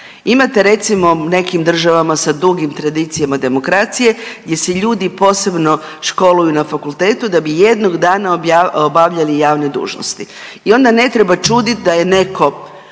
Imate recimo, u nekim državama sa dugim tradicijama demokracije gdje se ljudi posebno školuju na fakultetu da bi jednog dana obavljali javne dužnosti onda ne treba čuditi da je netko